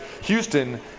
Houston